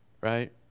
right